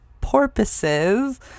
porpoises